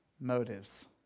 motives